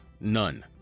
None